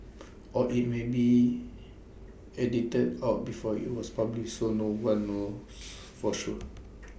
or IT may been edited out before IT was published so no one knows for sure